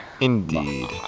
Indeed